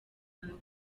ntabwo